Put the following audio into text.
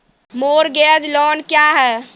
Mortgage loan क्या है?